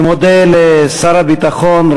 אני מודה לשר הביטחון,